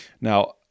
Now